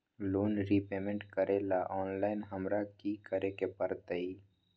Loan repayment करेला online हमरा की करे के परतई?